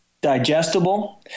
digestible